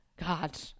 god